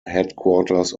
headquarters